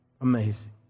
Amazing